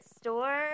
store